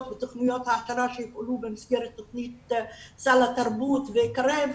ובתוכניות ההעשרה שהופעלו במסגרת תוכנית סל התרבות ו'קרב',